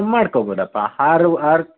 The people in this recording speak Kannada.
ಮಾಡ್ಕೊಬೋದಪ್ಪ ಆರು ಆರು